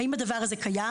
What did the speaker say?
האם הדבר הזה קיים?